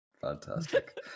Fantastic